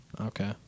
Okay